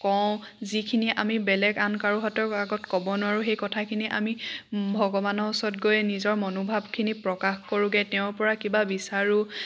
কওঁ যিখিনি আমি বেলেগ আন কাৰো আগত ক'ব নোৱাৰো সেই কথাখিনি আমি ভগৱানৰ ওচৰত গৈ নিজৰ মনোভাৱখিনি প্ৰকাশ কৰোগে তেওঁৰ পৰা কিবা বিচাৰো